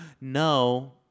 no